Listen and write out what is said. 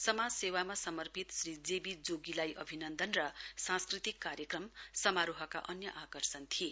समाज सेवामा समर्पित श्री जे बी जोगीलाई अभिनन्दन र सांस्कृतिक कार्यक्रम समारोहका अन्य आकर्षण थिए